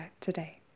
today